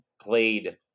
played